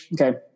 okay